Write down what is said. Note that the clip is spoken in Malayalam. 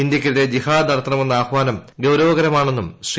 ഇന്ത്യയ്ക്കെതിരെ ജിഹാദ് നടത്തണമെന്ന ആഹ്വാനം ഗൌരവകരമാണെന്നും ശ്രീ